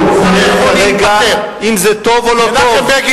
אני לא אומר כרגע אם זה טוב או לא טוב.